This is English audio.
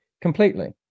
Completely